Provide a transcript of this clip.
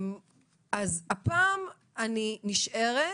הפעם אני נשארת,